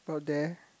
bout there